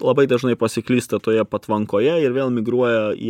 labai dažnai pasiklysta toje patvankoje ir vėl migruoja į